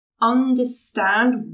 understand